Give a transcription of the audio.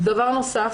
דבר נוסף,